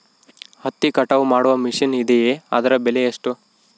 ಹತ್ತಿ ಕಟಾವು ಮಾಡುವ ಮಿಷನ್ ಇದೆಯೇ ಅದರ ಬೆಲೆ ಎಷ್ಟು?